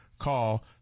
Call